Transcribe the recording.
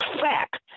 fact